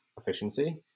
efficiency